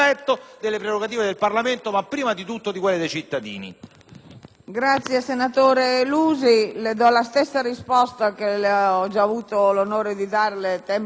Senatore Lusi, le do la stessa risposta che ho già avuto l'onore di darle tempo fa, e cioè che questa Presidenza ha più volte sollecitato il Governo,